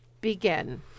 Begin